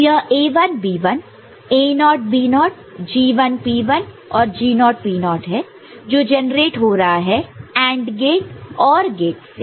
तो यह A1 B1 A0 naught naught B0 naught naught G1 P1 और G0 naught naught P0 naught naught है जो generate हो रहा है AND गेट OR गेट से